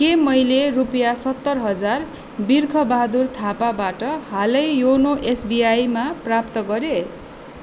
के मैले रुपियाँ सत्तर हजार बिर्ख बहादुर थापाबाट हालै योनो एसबिआईमा प्राप्त गरेँ